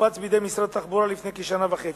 הופץ בידי משרד התחבורה לפני כשנה וחצי.